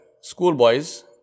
schoolboys